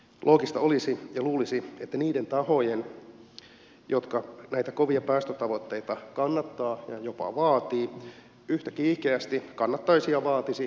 loogista olisi ja luulisi että ne tahot jotka näitä kovia päästötavoitteita kannattavat ja jopa vaativat yhtä kiihkeästi kannattaisivat ja vaatisivat myöskin ydinvoimaa